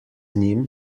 njim